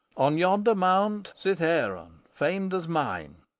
on yonder mount cithaeron, famed as mine,